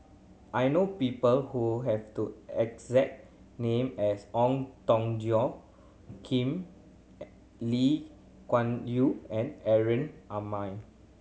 I know people who have the exact name as Ong Tong Joe Kim Lee Kuan Yew and Aaron Maniam